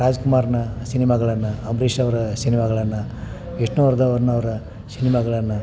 ರಾಜಕುಮಾರ್ನ ಸಿನಿಮಾಗಳನ್ನು ಅಂಬರೀಶ್ ಅವರ ಸಿನಿಮಾಗಳನ್ನು ವಿಷ್ಣುವರ್ಧನ್ ಅವರ ಶಿನಿಮಾಗಳನ್ನ